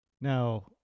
Now